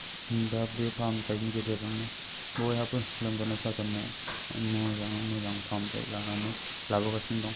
दा बे फाहामथायनि गेजेरजोंनो बयहाबो लोमजानाय साजानायाव मोजांआनो मोजां फाहामथाय लानानै लाबोगासिनो दं